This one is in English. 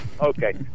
Okay